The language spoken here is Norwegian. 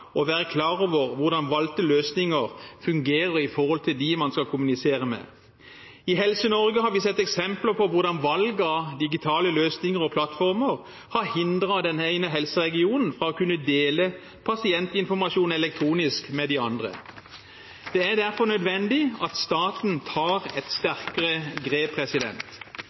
å være klar over hvordan valgte løsninger fungerer i forhold til dem man skal kommunisere med. I Helse-Norge har vi sett eksempler på hvordan valg av digitale løsninger og plattformer har hindret den ene helseregionen fra å kunne dele pasientinformasjon elektronisk med de andre. Det er derfor nødvendig at staten tar et sterkere grep.